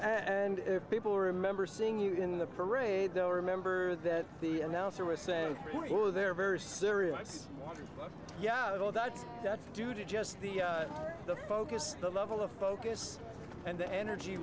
and if people remember seeing you in the parade they'll remember that the announcer was saying oh they're very serious yeah well that's due to just the focus the level of focus and the energy